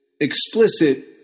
explicit